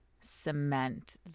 cement